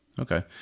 Okay